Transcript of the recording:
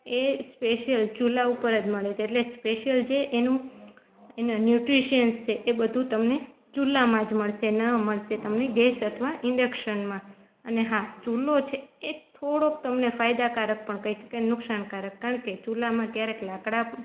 એ special ચૂલા ઉપર જ મળે છે એટલે સ્પેશિયલ જે એનું એના ન્યૂટ્રિશ્યન્સ છે એ બધું તમને ચૂલામાં જ મળશે ના મળશે તમને ગેસ અથવા ઇન્ડેક્શનમાં અને હા ચૂલો છે એ થોડોક તમને ફાયદાકારક પણ કહી શકાય નુકશાનકારક કારણ કે ચૂલામાં ક્યારેક લાકડા